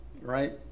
right